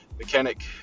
mechanic